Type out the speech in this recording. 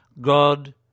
God